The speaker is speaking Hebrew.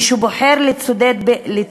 מי שבוחר לצדד